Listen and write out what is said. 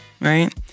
right